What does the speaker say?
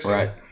Right